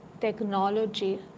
technology